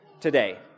today